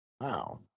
Wow